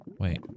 Wait